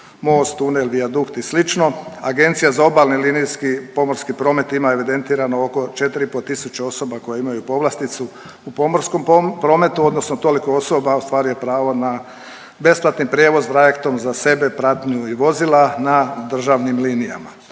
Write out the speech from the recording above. most, tunel, vijadukt i slično. Agencija za obalni linijski pomorski promet ima evidentirano oko 4 i pol tisuće osoba koje imaju povlasticu u pomorskom prometu, odnosno toliko osoba ostvaruje pravo na besplatni prijevoz trajektom za sebe, pratnju i vozila na državnim linijama.